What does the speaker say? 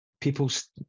people's